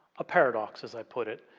a paradox as i put it,